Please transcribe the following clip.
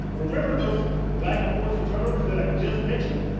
remember those lack of forcing turnovers that i just mentioned?